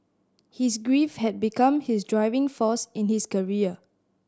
his grief had become his driving force in his career